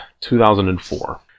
2004